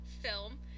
film